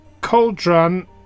cauldron